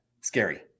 scary